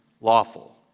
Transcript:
lawful